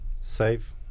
save